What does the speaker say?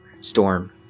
storm